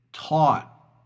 taught